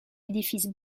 édifice